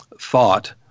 thought